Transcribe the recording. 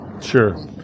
Sure